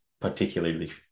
particularly